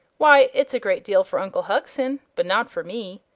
why, it's a great deal for uncle hugson, but not for me.